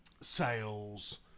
sales